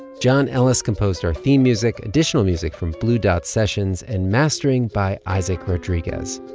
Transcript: john ellis composed our theme music, additional music from blue dot sessions and mastering by isaac rodriguez